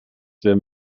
sehr